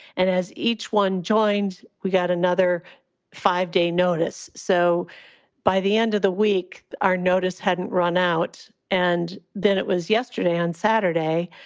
and as each one joined, we got another five day notice. so by the end of the week, our notice hadn't run out. and then it was yesterday. on saturday,